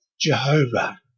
Jehovah